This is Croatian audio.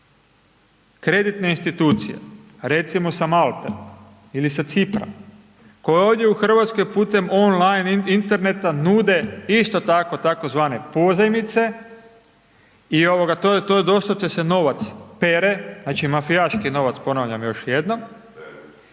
kreditne institucije, recimo sa Malte ili sa Cipra, koje ovdje u Hrvatskoj, putem online interneta nude isto tako tzv. pozajmice i to doslovce se novac pere, znači mafijaški novac, ponavljam još jednom,